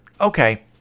Okay